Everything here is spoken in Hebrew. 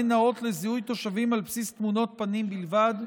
נאות לזיהוי תושבים על בסיס תמונות פנים בלבד,